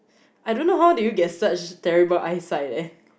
I don't know how do you get such terrible eyesight leh